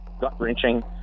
gut-wrenching